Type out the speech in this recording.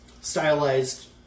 stylized